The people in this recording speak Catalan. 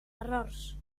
errors